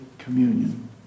Communion